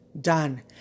done